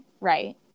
right